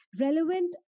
relevant